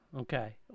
Okay